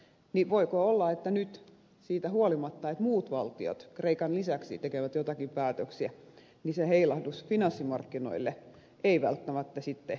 voiko olla että nyt siitä huolimatta että muut valtiot kreikan lisäksi tekevät joitakin päätöksiä se heilahdus finanssimarkkinoilla ei välttämättä sitten näy